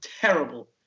Terrible